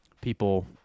people